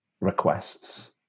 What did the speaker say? requests